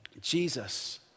Jesus